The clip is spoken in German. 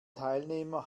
teilnehmer